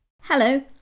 Hello